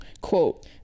Quote